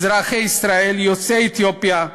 אזרחי ישראל יוצאי אתיופיה,